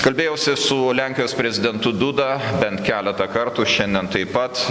kalbėjausi su lenkijos prezidentu duda bent keletą kartų šiandien taip pat